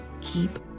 keep